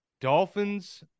Dolphins